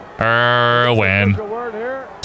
Irwin